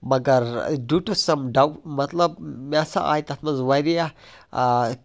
مگر due to some doubt مطلب مےٚ سَہ آے تَتھ منٛز واریاہ